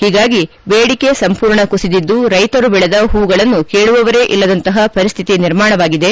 ಹೀಗಾಗಿ ಬೇಡಿಕೆ ಸಂಪೂರ್ಣ ಕುಸಿದಿದ್ದು ರೈತರು ಬೆಳೆದ ಹೂಗಳನ್ನು ಕೇಳುವವರೇ ಇಲ್ಲದಂತಹ ಪರಿಸ್ಟಿತಿ ನಿರ್ಮಾಣವಾಗಿದೆ